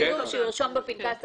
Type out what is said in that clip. כתוב שהוא ירשום בפנקס הכללי.